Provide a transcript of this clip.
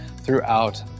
throughout